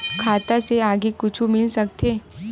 खाता से आगे कुछु मिल सकथे?